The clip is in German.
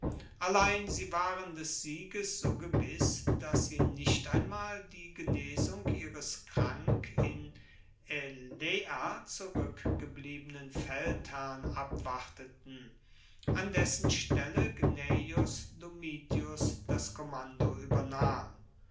allein sie waren des sieges so gewiss dass sie nicht einmal die genesung ihres krank in elaea zurueckgebliebenen feldherrn abwarteten an dessen stelle gnaeus domitius das kommando uebernahm